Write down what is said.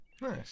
Nice